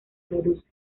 reduce